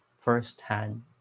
firsthand